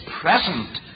present